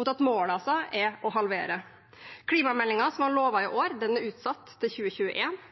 mens målet altså er å halvere utslippene. Klimameldingen, som var lovet i